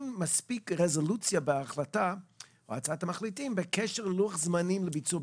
מספיק רזולוציה בהחלטה והצעת המחליטים בקשר ללוח הזמנים לביצוע,